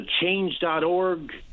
change.org